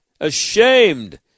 ashamed